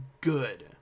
good